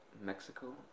Mexico